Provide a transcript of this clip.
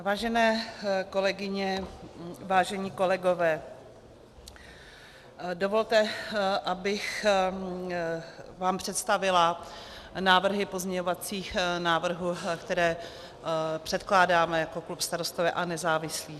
Vážené kolegyně, vážení kolegové, dovolte, abych vám představila návrhy pozměňovacích návrhů, které předkládáme jako klub Starostové a nezávislí.